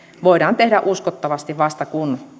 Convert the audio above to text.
voidaan tehdä uskottavasti vasta kun